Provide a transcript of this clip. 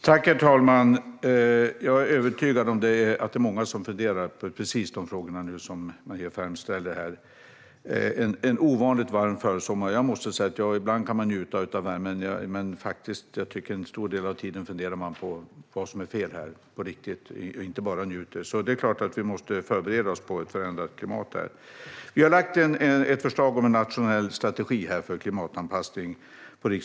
Herr talman! Jag är övertygad om att många funderar på precis de frågor som Maria Ferm ställer här. Det har varit en ovanligt varm försommar. Ibland kan man njuta av värmen, men jag tycker att man en stor del av tiden funderar på vad som är fel här, på riktigt. Man njuter inte bara. Det är klart att vi måste förbereda oss på ett förändrat klimat. Vi har lagt fram ett förslag på riksdagens bord om en nationell strategi för klimatanpassning.